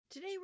Today